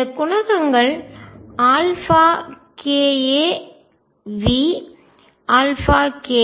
இந்த குணகங்கள் k a V k